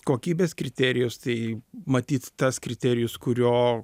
kokybės kriterijus tai matyt tas kriterijus kurio